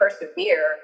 persevere